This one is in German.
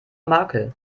makel